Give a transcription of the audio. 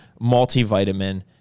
multivitamin